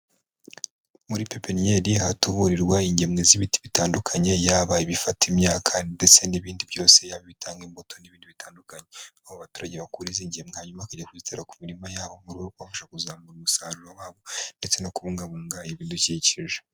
Muri pepeniyeri hatuburirwa ingemwe z'imiti bitandukanye, yaba ibifata imyaka ndetse n'ibindi byose, yaba ibitanga imbuto n'ibindi bitandukanye, aho abaturage bakura izi ngemwe hanyuma bakajya kuzitera ku mirima yabo mu rwego rwo kubafasha kuzamura umusaruro wabo ndetseno kubungabunga ibidukikije.